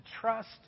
trust